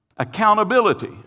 accountability